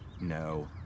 no